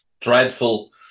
dreadful